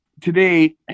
today